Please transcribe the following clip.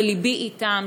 ולבי אתם,